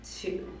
Two